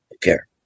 Care